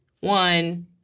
one